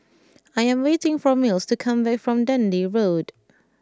I am waiting for Mills to come back from Dundee Road